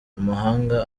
amahanga